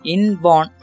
Inborn